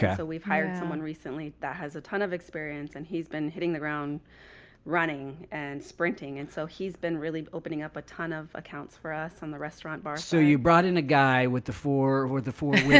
yeah we've hired someone recently that has a ton of experience and he's been hitting the ground running and sprinting and so he's been really opening up a ton of accounts for us on the restaurant bar. so you brought in a guy with the four or the four.